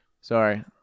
Sorry